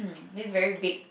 this very vague